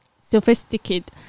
sophisticated